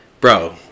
bro